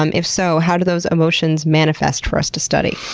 um if so, how do those emotions manifest for us to study?